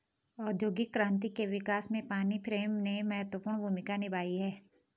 औद्योगिक क्रांति के विकास में पानी फ्रेम ने महत्वपूर्ण भूमिका निभाई है